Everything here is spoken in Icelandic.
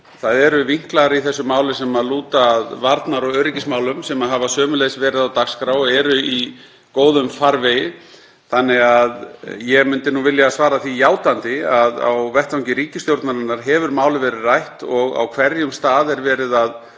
Það eru vinklar í þessu máli sem lúta að varnar- og öryggismálum, sem hafa sömuleiðis verið á dagskrá og eru í góðum farvegi. Ég myndi því vilja svara því játandi að á vettvangi ríkisstjórnarinnar hefur málið verið rætt og á hverjum stað er verið að